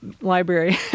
library